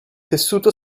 tessuto